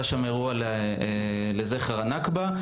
היה שם אירוע לזכר הנכבה.